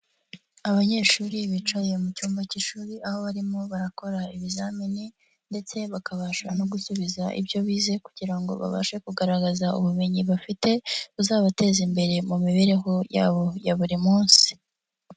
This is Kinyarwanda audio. Abanyeshuri bicaye mu cyumba cy'ishuri, aho barimo barakora ibizamini ndetse bakabasha no gusubiza ibyo bize kugira ngo babashe kugaragaza ubumenyi bafite, buzabateza imbere mu mibereho yabo ya buri munsi.